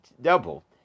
double